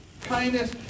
Kindness